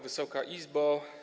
Wysoka Izbo!